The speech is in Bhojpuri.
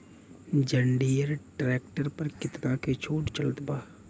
जंडियर ट्रैक्टर पर कितना के छूट चलत बा?